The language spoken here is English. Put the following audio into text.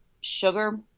sugar